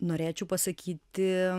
norėčiau pasakyti